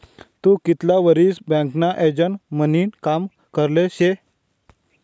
तू कितला वरीस बँकना एजंट म्हनीन काम करेल शे?